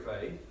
faith